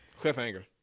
Cliffhanger